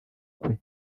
kwe